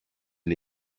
die